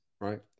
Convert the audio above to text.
right